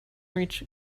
reach